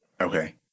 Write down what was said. Okay